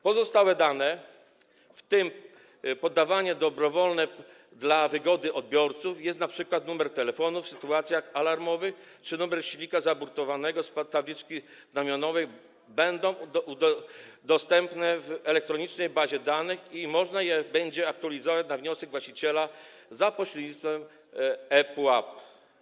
Pozostałe dane, w tym podawane dobrowolnie dla wygody odbiorców - jak np. numer telefonu w sytuacjach alarmowych czy numer silnika zaburtowego z tabliczki znamionowej - będą dostępne w elektronicznej bazie danych i można je będzie aktualizować na wniosek właściciela za pośrednictwem ePUAP.